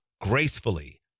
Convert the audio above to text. gracefully